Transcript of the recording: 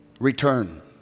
return